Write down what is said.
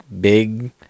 big